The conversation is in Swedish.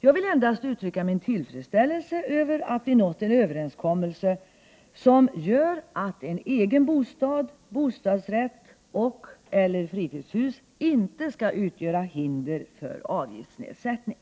Jag vill endast uttrycka min tillfredsställelse över att vi nått en överenskommelse som innebär att en egen bostad, bostadsrätt och/eller fritidshus inte skall utgöra hinder för avgiftsnedsättning.